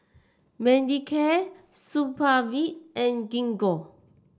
Manicare Supravit and Gingko